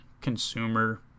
consumer